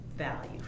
value